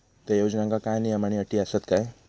त्या योजनांका काय नियम आणि अटी आसत काय?